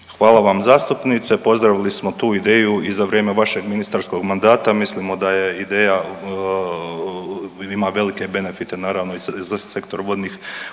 Hvala vam zastupnice. Pozdravili smo tu ideju i za vrijeme vašeg ministarskog mandata. Mislimo da je ideja, ima velike benefite, naravno, i za sektor vodnih usluga.